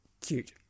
Cute